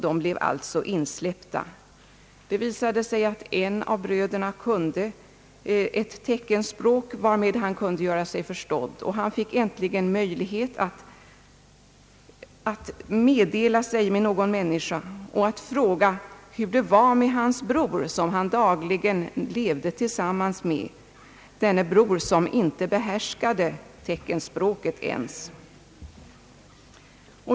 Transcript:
Det visade sig att en av bröderna kunde ett teckenspråk varmed han kunde göra sig förstådd, och han fick äntligen möjlighet att meddela sig med någon människa och att fråga hur det var med hans bror som han dagligen levde tillsammans med, denne bror som inte behärskade teckenspråket ens.